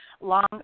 long